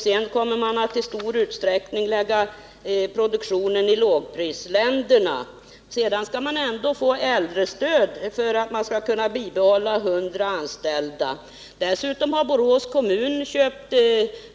Senare kommer man att i stor utsträckning lägga produktionen i lågprisländerna. Trots det skall man få äldrestöd för att kunna bibehålla 100 anställda. Dessutom har Borås kommun köpt